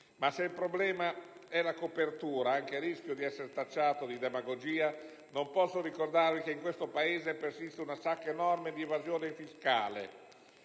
Se il problema è la copertura, anche a rischio di essere tacciato di demagogia, non posso non ricordarvi che in questo Paese esiste una sacca enorme di evasione fiscale.